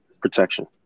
Protection